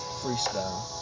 freestyle